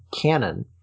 canon